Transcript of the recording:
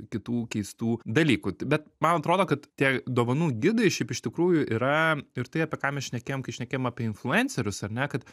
kitų keistų dalykų bet man atrodo kad tie dovanų gidai šiaip iš tikrųjų yra ir tai apie ką mes šnekėjom kai šnekėjom apie influencerius ar ne kad